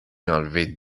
enlevé